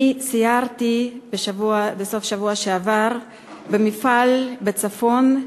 אני סיירתי בסוף השבוע שעבר במפעל בצפון,